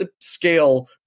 scale